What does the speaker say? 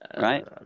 Right